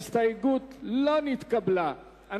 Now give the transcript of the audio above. ההסתייגות של קבוצת סיעת מרצ,